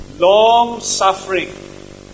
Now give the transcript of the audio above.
Long-suffering